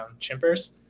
chimpers